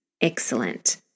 Excellent